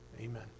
Amen